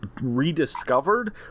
rediscovered